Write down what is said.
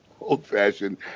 old-fashioned